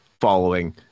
following